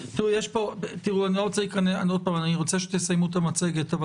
אני רוצה שתסיימו את המצגת, אבל